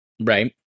Right